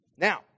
Now